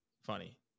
funny